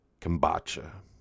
kombucha